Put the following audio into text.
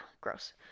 gross